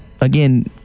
again